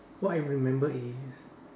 what I remember is